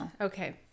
okay